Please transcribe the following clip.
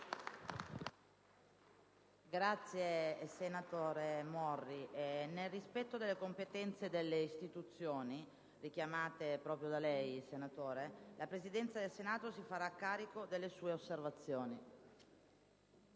Senatore Morri, nel rispetto delle competenze delle istituzioni proprio da lei richiamate, la Presidenza del Senato si farà carico delle sue osservazioni.